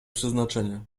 przeznaczenie